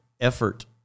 effort